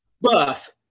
Buff